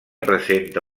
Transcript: presenta